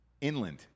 inland